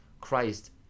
Christ